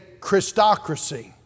Christocracy